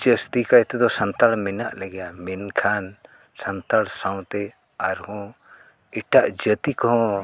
ᱡᱟᱹᱥᱛᱤ ᱠᱟᱭᱛᱮᱫᱚ ᱥᱟᱱᱛᱟᱲ ᱢᱮᱱᱟᱜ ᱞᱮᱜᱮᱭᱟ ᱢᱮᱱᱠᱷᱟᱱ ᱥᱟᱱᱛᱟᱲ ᱥᱟᱶᱛᱮ ᱟᱨᱦᱚᱸ ᱮᱴᱟᱜ ᱡᱟᱹᱛᱤ ᱠᱚᱦᱚᱸ